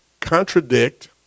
contradict